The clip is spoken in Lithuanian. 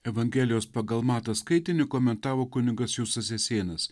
evangelijos pagal matą skaitinį komentavo kunigas justas jasėnas